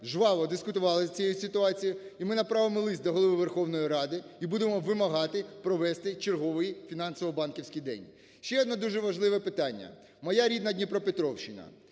жваво дискутували з цієї ситуації, і ми направимо лист до Голови Верховної Ради і будемо вимагати провести черговий фінансово-банківський день. Ще одне дуже важливе питання. Моя рідна Дніпропетровщина.